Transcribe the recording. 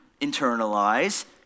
internalize